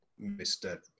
Mr